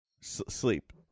sleep